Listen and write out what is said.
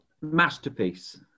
masterpiece